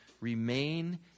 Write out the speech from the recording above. remain